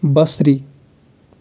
بصری